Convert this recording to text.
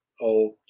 old